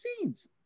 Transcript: scenes